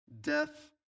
death